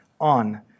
on